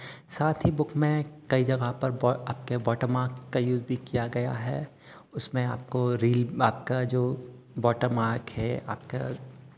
साथ ही बुक में कई जगह पर ब आपके बाॅटम मार्क्स का यूज़ भी किया गया है उसमें आपको रील आपका जो बाॅटम मार्क है आपका